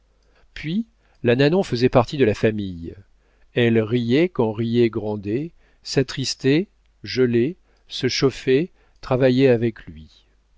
puis la nanon faisait partie de la famille elle riait quand riait grandet s'attristait gelait se chauffait travaillait avec lui